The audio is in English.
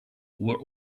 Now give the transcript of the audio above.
were